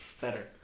Better